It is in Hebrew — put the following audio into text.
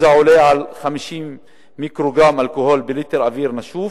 העולה על 50 מיקרוגרם אלכוהול בליטר אוויר נשוף,